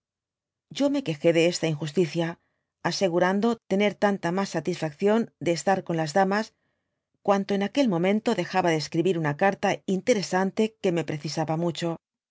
yo me quejé de esta injusticia asegurando tener tanta mas satisfaccicm de estar con las damas cuanto en aquel momento dejaba de escribir una carta interesante que me precisaba mucho